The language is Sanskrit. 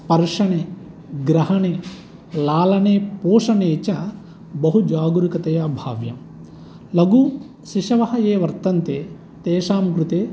स्पर्शणे ग्रहणे लालने पोषणे च बहुजागरुकतया भाव्यं लघुशिशवः ये वर्तन्ते तेषां कृते